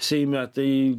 seime tai